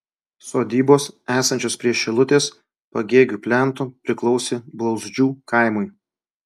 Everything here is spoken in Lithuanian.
sodybos esančios prie šilutės pagėgių plento priklausė blauzdžių kaimui